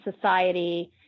society